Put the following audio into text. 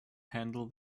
handle